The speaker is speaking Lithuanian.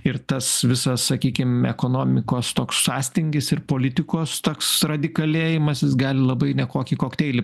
ir tas visas sakykim ekonomikos toks sąstingis ir politikos toks radikalėjimas gali labai nekokį kokteilį